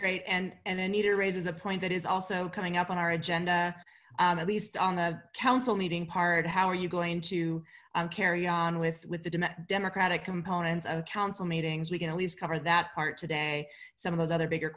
great and and anita raises a point that is also coming up on our agenda at least on a council meeting part how are you going to carry on with with the democratic components of council meetings we can at least cover that part today some of those other big